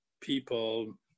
people